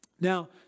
Now